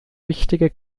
wichtige